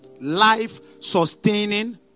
Life-sustaining